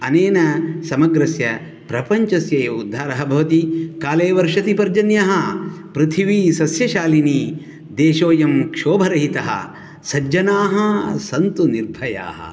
अनेन समग्रस्य प्रपञ्चस्यैव उद्धारः भवति काले वर्षति पर्जन्यः पृथिवी सस्यशालिनी देशोयं क्षोभरहितः सज्जनाः सन्तु निर्भयाः